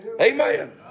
Amen